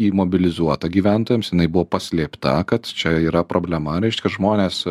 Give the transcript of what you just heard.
imobilizuota gyventojams jinai buvo paslėpta kad čia yra problema reiškia žmonės